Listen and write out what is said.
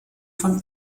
von